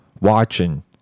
Watching